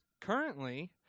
currently